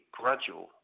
gradual